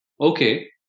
okay